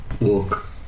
walk